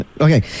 okay